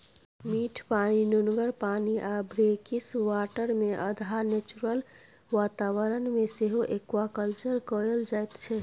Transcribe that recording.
मीठ पानि, नुनगर पानि आ ब्रेकिसवाटरमे अधहा नेचुरल बाताबरण मे सेहो एक्वाकल्चर कएल जाइत छै